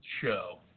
show